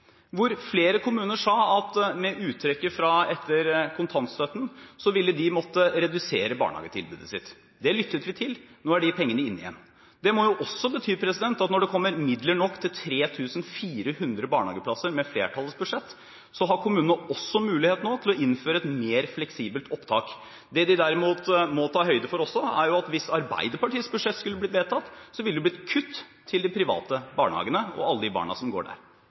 hvor flere kommuner sa at med uttrekket etter kontantstøtten, ville de måtte redusere barnehagetilbudet sitt. Det lyttet vi til. Nå er de pengene inne igjen. Det må jo også bety at når det kommer midler nok til 3 400 barnehageplasser med flertallets budsjett, har kommunene nå mulighet til å innføre et mer fleksibelt opptak. Det de derimot må ta høyde for, er at hvis Arbeiderpartiets budsjett skulle blitt vedtatt, ville det blitt kutt til de private barnehagene og alle de barna som går der.